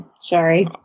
Sorry